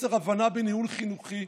חוסר הבנה בניהול חינוכי,